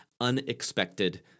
Unexpected